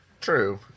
True